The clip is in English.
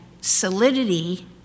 solidity